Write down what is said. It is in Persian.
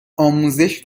آموزش